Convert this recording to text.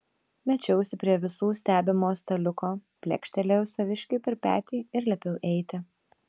mečiausi prie visų stebimo staliuko plekštelėjau saviškiui per petį ir liepiau eiti